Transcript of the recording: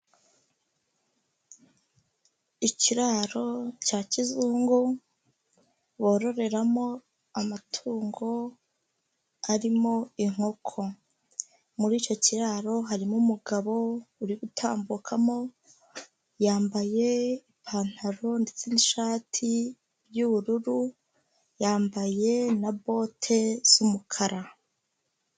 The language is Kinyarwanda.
Ikiraro cya kizungu bororeramo amatungo arimo inkoko, muri icyo kiraro harimo umugabo uri gutambukamo yambaye ipantaro ndetse n'ishati y'ubururu, yambaye na bote z'umukara.